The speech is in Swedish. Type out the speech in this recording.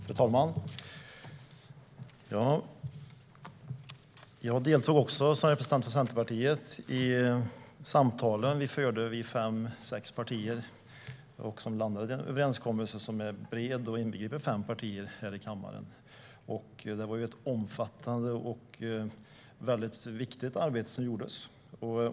Fru talman! Jag deltog som representant för Centerpartiet i de samtal som vi fem sex partier förde och som landade i den breda överenskommelse som inbegriper fem partier här i kammaren. Det var ett omfattande och väldigt viktigt arbete som gjordes.